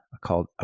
called